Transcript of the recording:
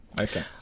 Okay